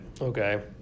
okay